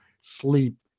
sleep